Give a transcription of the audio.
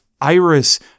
iris